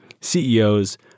CEOs